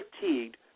fatigued